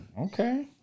Okay